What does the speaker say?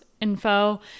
info